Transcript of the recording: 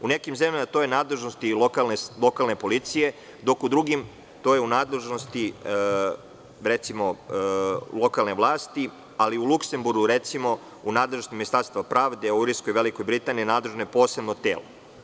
U nekim zemljama to je nadležnost lokalne policije, dok u drugim to je u nadležnosti lokalne vlasti, ali u Luksemburgu, recimo, u nadležnosti Ministarstva pravde, u Irskoj i Velikoj Britaniji nadležno je posebno telo.